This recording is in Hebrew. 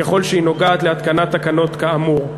ככל שהיא נוגעת להתקנת תקנות כאמור.